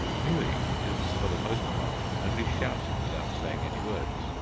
mewing is for the most part only shouting without saying any words.